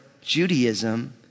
Judaism